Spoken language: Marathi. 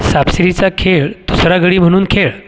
सापशिडीचा खेळ दुसरा गडी म्हणून खेळ